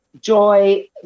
joy